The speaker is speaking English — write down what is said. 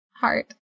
heart